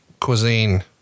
cuisine